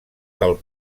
del